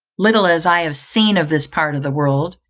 little as i have seen of this part of the world,